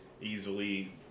easily